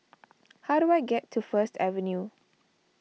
how do I get to First Avenue